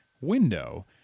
window